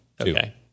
Okay